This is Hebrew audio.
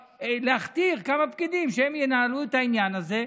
להכתיר כמה פקידים שהם ינהלו את העניין הזה,